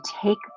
take